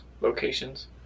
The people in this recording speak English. locations